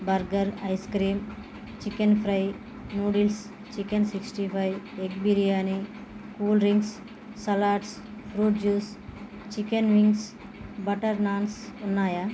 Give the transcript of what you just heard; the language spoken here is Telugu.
burger ice cream chicken fry noodles chicken sixty five egg biryani cool drinks salads fruit juice chicken wings butter naans ఉన్నాయా